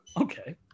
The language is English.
okay